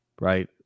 right